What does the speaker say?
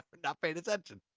not paying attention!